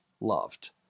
loved